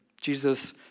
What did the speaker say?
Jesus